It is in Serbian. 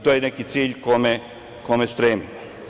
To je neki cilj kome stremimo.